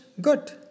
good